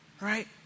right